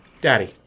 Daddy